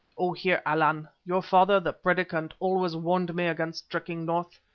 oh, heer allan, your father, the predicant, always warned me against trekking north,